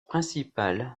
principal